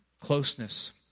closeness